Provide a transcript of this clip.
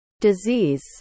disease